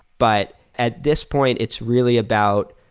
but at this point, it's really about,